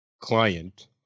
client